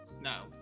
No